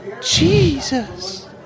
Jesus